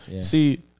See